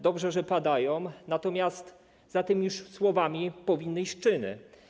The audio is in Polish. Dobrze, że one padają, natomiast za tymi słowami powinny iść czyny.